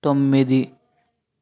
తొమ్మిది